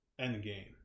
Endgame